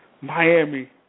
Miami